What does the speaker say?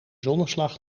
zonneslag